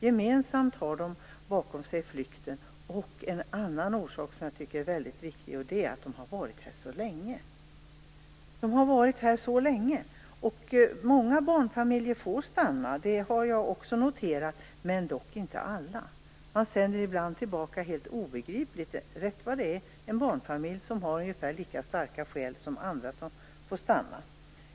Gemensamt har de bakom sig flykten och ett annat skäl, som jag tycker är väldigt viktigt, nämligen att de har varit här så länge. Många barnfamiljer får stanna, det har jag också noterat, men inte alla. Man sänder helt obegripligt rätt vad det är tillbaka en barnfamilj som har ungefär lika starka skäl som andra som får stanna.